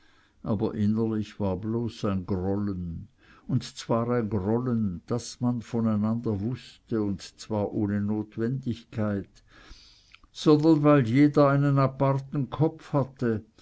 aber innerlich war bloß ein grollen und zwar ein grollen daß man von einander mußte und zwar ohne notwendigkeit sondern weil jeder einen aparten kopf hatte